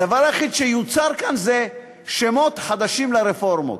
הדבר היחידה שנוצר כאן זה שמות חדשים לרפורמות.